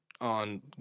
on